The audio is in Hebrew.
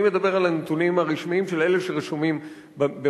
אני מדבר על הנתונים הרשמיים של אלה שרשומים במאגר.